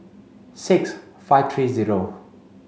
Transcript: six five three zero